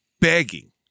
begging